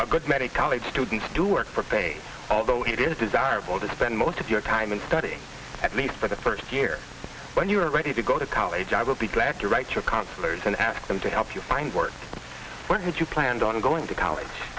a good many college students do work for pay although it is desirable to spend most of your time in study at least for the first year when you are ready to go to college i will be glad to write your counselors and ask them to help you find work had you planned on going to college